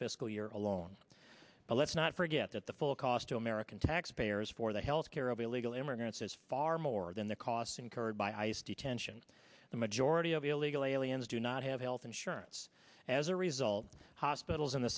fiscal year alone but let's not forget that the full cost to american taxpayers for the health care of illegal immigrants is far more than the costs incurred by ice detention the majority of the illegal aliens do not have health insurance as a result hospitals in the